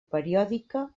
periòdica